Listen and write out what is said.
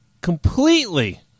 completely